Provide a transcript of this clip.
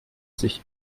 sich